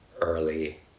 early